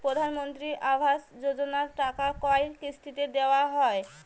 প্রধানমন্ত্রী আবাস যোজনার টাকা কয় কিস্তিতে দেওয়া হয়?